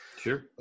Sure